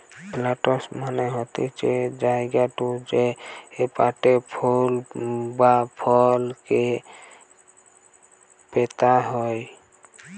planters মানে হতিছে যেই জায়গাতু বা পোটে ফুল বা ফল কে পোতা হইবে